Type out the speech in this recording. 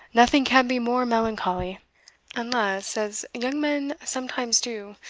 nothing can be more melancholy unless, as young men sometimes do,